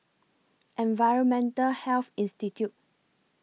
Environmental Health Institute